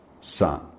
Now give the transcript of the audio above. son